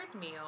meal